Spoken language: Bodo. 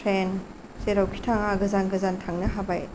ट्रेन जेरावखि थाङा गोजान गोजान थांनो हाबाय